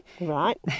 Right